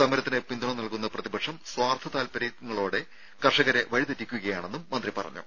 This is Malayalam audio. സമരത്തിന് പിന്തുണ നൽകുന്ന പ്രതിപക്ഷം സ്വാർത്ഥ താല്പര്യങ്ങളോടെ കർഷകരെ വഴിതെറ്റിക്കുകയാണെന്നും മന്ത്രി പറഞ്ഞു